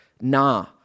nah